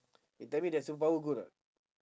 you tell me the superpower good or not